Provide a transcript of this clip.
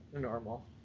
normal